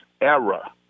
era